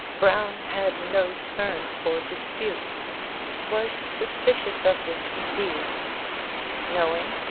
browne had no turn for disputes was suspicious of them, indeed knowing,